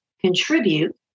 contribute